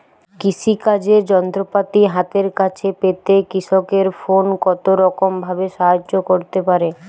কৃষিকাজের যন্ত্রপাতি হাতের কাছে পেতে কৃষকের ফোন কত রকম ভাবে সাহায্য করতে পারে?